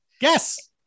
Yes